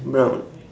brown